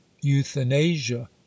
euthanasia